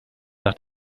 nach